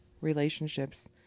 relationships